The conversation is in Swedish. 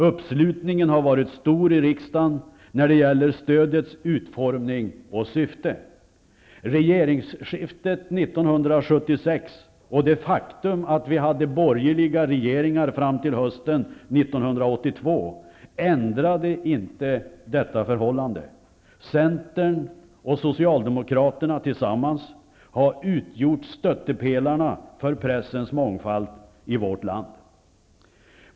Uppslutningen har varit stor i riksdagen när det gäller stödets utformning och syfte. Regeringsskiftet 1976 och det faktum att vi hade borgerliga regeringar fram till hösten 1982 ändrade inte detta förhållande. Centern och socialdemokratin tillsammans har utgjort stöttepelarna för pressens mångfald i vårt land.